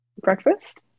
Breakfast